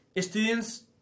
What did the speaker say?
students